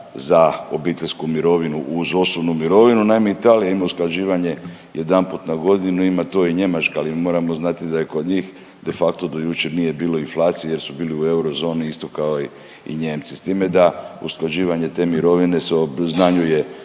za obiteljsku mirovinu uz osobnu mirovinu. Naime, Italija ima usklađivanje jedanput na godinu, ima to i Njemačka, ali moramo znati da je kod njih de facto do jučer nije bilo inflacije jer su bili u eurozoni isto kao i Nijemci, s time da usklađivanje te mirovine se obznanjuje